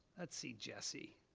let's see jesse.